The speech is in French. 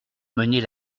mener